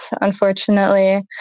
unfortunately